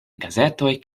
gazetoj